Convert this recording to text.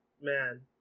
man